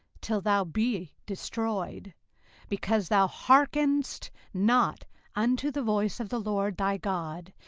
till thou be destroyed because thou hearkenedst not unto the voice of the lord thy god,